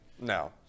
No